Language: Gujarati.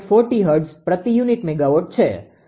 40 હર્ટઝ પ્રતિ યુનિટ મેગાવોટ છે